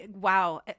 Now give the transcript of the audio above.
wow